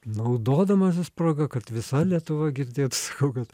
naudodamasis proga kad visa lietuva girdėtų sakau kad